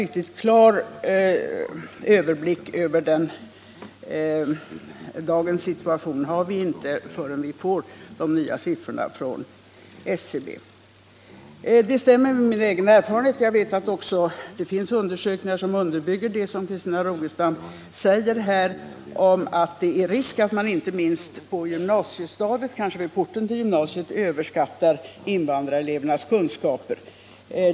Någon klar överblick över vad som gäller i dagens situation får vi emellertid inte förrän de nya siffrorna har redovisats av Det stämmer med mina egna erfarenheter, och jag vet också att det finns undersökningar som underbygger det som Christina Rogestam här säger om att det är risk för att man inte minst på gymnasiestadiet, kanske vid porten till gymnasiet, överskattar invandrarelevernas språkkunskaper.